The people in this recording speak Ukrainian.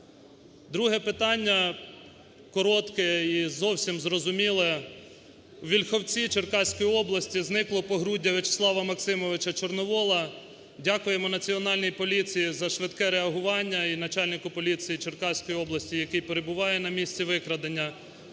Друге питання коротке і зовсім зрозуміле. У Вільховці Черкаської області зникло погруддя В'ячеслава Максимовича Чорновола. Дякуємо Національній поліції за швидке реагування і начальнику поліції Черкаської області, який перебуває на місці викрадення,